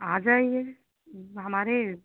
आ जाईए हमारे